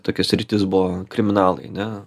tokios sritys buvo kriminalai ne